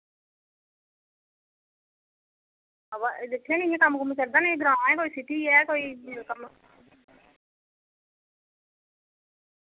हां वा एह् दिक्खेआ नि इय्यां कम्म कुम्म चलदा नि एह् ग्रां ऐ कोई सिटी ऐ कोई कम्म